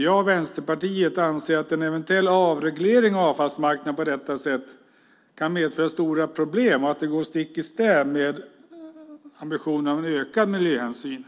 Jag och Vänsterpartiet anser att en eventuell avreglering av avfallsmarknaden på detta sätt kan medföra stora problem och att den går stick i stäv med ambitionerna om ökad miljöhänsyn.